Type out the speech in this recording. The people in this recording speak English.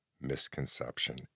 misconception